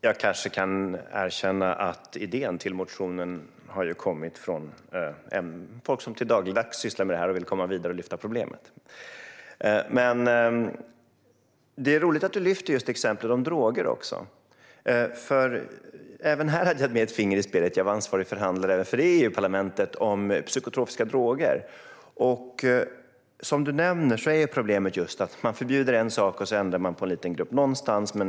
Fru talman! Jag erkänner att idén till motionen kom från folk som dagligdags sysslar med detta och som vill komma vidare och lyfta upp problemet. Det är roligt att du tar upp just exemplet med droger. Även där hade jag ett finger med i spelet. Jag var ansvarig förhandlare för EU-parlamentet när det gäller psykotropiska droger. Som du nämnde är problemet just att när man förbjuder en sak ändras en liten grupp någonstans.